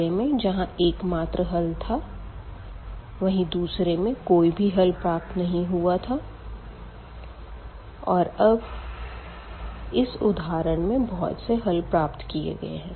पहले में जहां एकमात्र हल था वहीं दूसरे में कोई भी हल प्राप्त नहीं हुआ था और अब इस उदाहरण में बहुत से हल प्राप्त किए गए है